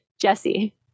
Jesse